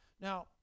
Now